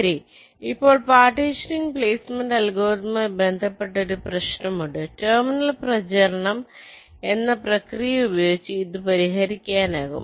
ശരി ഇപ്പോൾ partitioning placement അൽഗോരിതവുമായി ബന്ധപ്പെട്ട ഒരു പ്രശ്നമുണ്ട് ടെർമിനൽ പ്രചരണം എന്ന പ്രക്രിയ ഉപയോഗിച്ച് ഇത് പരിഹരിക്കാനാകും